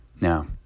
Now